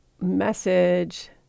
message